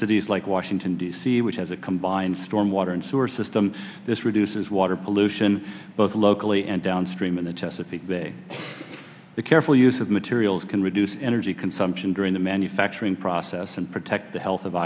cities like washington d c which has a combined storm water and sewer system this reduces water pollution both locally and downstream in a test if it be the careful use of materials can reduce energy consumption during the manufacturing process and protect the health of